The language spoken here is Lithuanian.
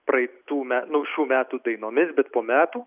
praeitų nu šių metų dainomis bet po metų